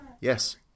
Yes